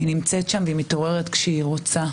היא נמצאת שם והיא מתעוררת כשהיא רוצה.